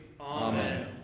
Amen